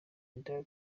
inda